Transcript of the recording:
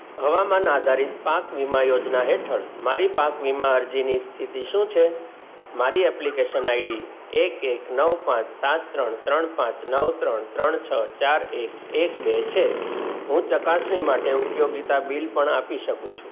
હવામાન આધારિત પાક વીમા યોજના હેઠળ મારી પાક વીમા અરજીની સ્થિતિ શું છે મારી એપ્લિકેશન આઈડી એક એક નવ પાંચ સાત ત્રણ ત્રણ પાંચ નવ ત્રણ ત્રણ છ ચાર એક એક બે છે હું ચકાસણી માટે ઉપયોગિતા બિલ પણ આપી શકું છું